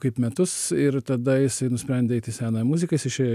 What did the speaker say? kaip metus ir tada jisai nusprendė eit į senąją muziką jis išėjo